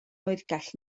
oergell